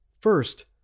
First